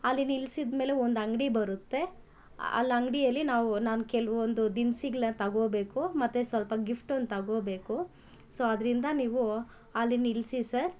ಅಲ್ಲಿ ನಿಲ್ಸಿದಮೇಲೆ ಒಂದು ಅಂಗಡಿ ಬರುತ್ತೆ ಅಲ್ಲಿ ಅಂಗಡಿಯಲ್ಲಿ ನಾವು ನಾನು ಕೆಲವೊಂದು ದಿನಸಿಗಳನ್ ತಗೋಬೇಕು ಮತ್ತು ಸ್ವಲ್ಪ ಗಿಫ್ಟನ್ನು ತಗೋಬೇಕು ಸೊ ಆದ್ರಿಂದ ನೀವು ಅಲ್ಲಿ ನಿಲ್ಲಿಸಿ ಸರ್